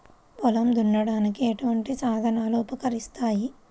పొలం దున్నడానికి ఎటువంటి సాధనాలు ఉపకరిస్తాయి?